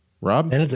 Rob